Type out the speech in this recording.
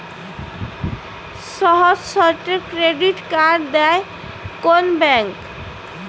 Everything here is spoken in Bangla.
সহজ শর্তে ক্রেডিট কার্ড দেয় কোন ব্যাংক?